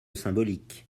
symbolique